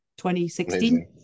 2016